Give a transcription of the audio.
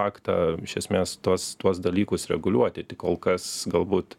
aktą iš esmės tuos tuos dalykus reguliuoti tai kol kas galbūt